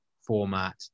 format